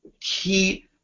key